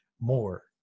more